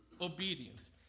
obedience